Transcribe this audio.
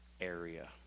area